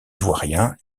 ivoirien